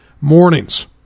mornings